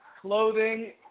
Clothing